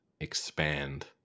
expand